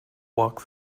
walk